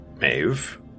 Maeve